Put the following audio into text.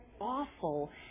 awful